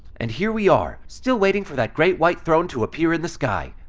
and here we are still waiting for that great white throne to appear in the sky.